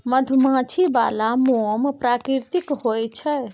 मधुमाछी बला मोम प्राकृतिक होए छै